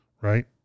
right